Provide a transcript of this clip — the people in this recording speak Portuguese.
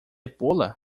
pula